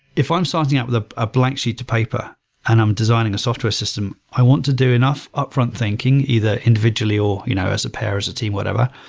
if i'm starting out with a a blank sheet of paper and i'm designing a software system, i want to do enough upfront thinking either individually or you know as a pair, as a team, whatever,